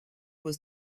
was